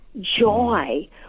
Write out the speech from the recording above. joy